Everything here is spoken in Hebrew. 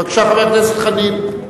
בבקשה, חבר הכנסת חנין.